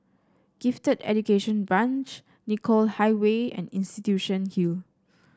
Gifted Education Branch Nicoll Highway and Institution Hill